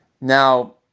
Now